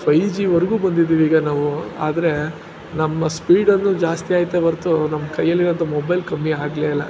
five ಜಿವರೆಗೂ ಬಂದಿದ್ದೀವಿ ಈಗ ನಾವು ಆದರೆ ನಮ್ಮ ಸ್ಪೀಡೊಂದು ಜಾಸ್ತಿ ಆಯಿತೇ ಹೊರ್ತು ನಮ್ಮ ಕೈಯಲ್ಲಿದ್ದಂಥ ಮೊಬೈಲ್ ಕಮ್ಮಿ ಆಗಲೇ ಇಲ್ಲ